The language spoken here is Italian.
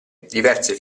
diverse